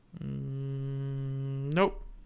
Nope